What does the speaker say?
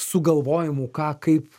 sugalvojimų ką kaip